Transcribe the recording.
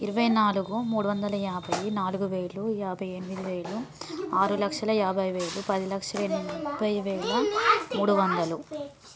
ఇరవై నాలుగు మూడు వందల యాభై నాలుగు వేలు యాభై ఎనిమిది వేలు ఆరు లక్షల యాభై వేలు పది లక్షల ముప్పై వేల మూడు వందలు